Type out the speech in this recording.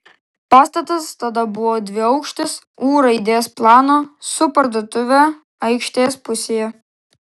pastatas tada buvo dviaukštis u raidės plano su parduotuve aikštės pusėje